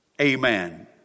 Amen